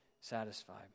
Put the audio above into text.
satisfied